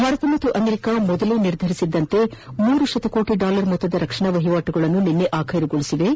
ಭಾರತ ಮತ್ತು ಅಮೆರಿಕಾ ಮೊದಲೇ ನಿರ್ಧರಿಸಿದ್ಲಂತೆ ಮೂರು ಶತಕೋಟ ಡಾಲರ್ ಮೊತ್ತದ ರಕ್ಷಣಾ ವಹಿವಾಟುಗಳನ್ನು ನಿನ್ನೆ ಆಬ್ಲೆರುಗೊಳಿಸಿದ್ಲು